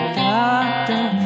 doctor